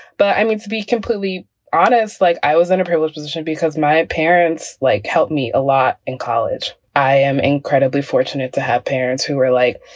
but i mean, to be completely honest, like i was in a privileged position because my parents, like, helped me a lot in college. i am incredibly fortunate to have parents who were like,